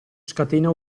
scatena